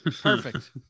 Perfect